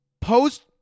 post-